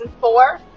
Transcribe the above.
four